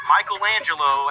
Michelangelo